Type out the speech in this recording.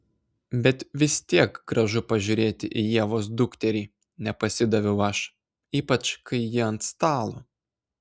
bet vis tiek gražu pažiūrėti į ievos dukterį nepasidaviau aš ypač kai ji ant stalo